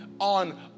on